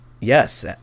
Yes